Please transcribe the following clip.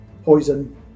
Poison